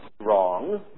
wrong